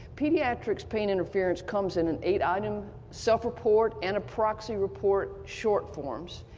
pediatrics pain interference comes in an eight item self-report and a proxy report short forms,